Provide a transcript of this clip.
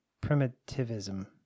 Primitivism